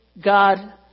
God